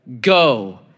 go